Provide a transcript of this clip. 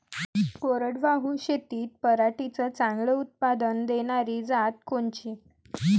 कोरडवाहू शेतीत पराटीचं चांगलं उत्पादन देनारी जात कोनची?